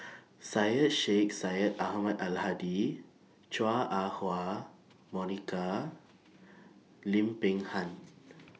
Syed Sheikh Syed Ahmad Al Hadi Chua Ah Huwa Monica Lim Peng Han